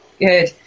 Good